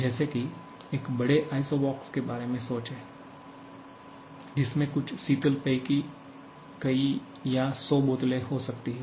जैसे कि एक बड़े आइसबॉक्स के बारे में सोचें जिसमें कुछ शीतल पेय की कई या 100 बोतलें हो सकती हैं